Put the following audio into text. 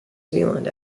zealand